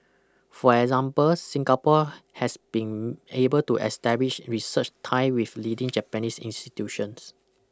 for example Singapore has been able to establish research tie with leading Japanese institutions